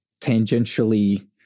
tangentially